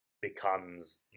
becomes